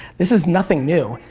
this is nothing new.